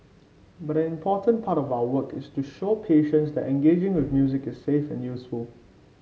but an important part of our work is to show patients that engaging with music is safe and useful